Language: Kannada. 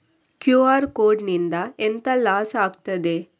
ಕ್ಯೂ.ಆರ್ ಕೋಡ್ ನಿಂದ ಎಂತ ಲಾಸ್ ಆಗ್ತದೆ?